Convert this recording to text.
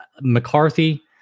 mccarthy